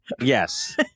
Yes